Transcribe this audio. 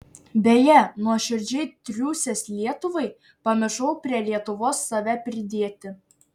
beje nuoširdžiai triūsęs lietuvai pamiršau prie lietuvos save pridėti